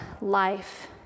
life